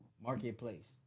marketplace